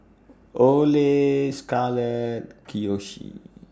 Ole Scarlett Kiyoshi